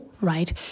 right